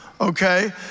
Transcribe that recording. Okay